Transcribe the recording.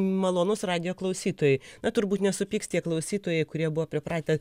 malonūs radijo klausytojai na turbūt nesupyks tie klausytojai kurie buvo pripratę